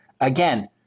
Again